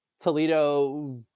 Toledo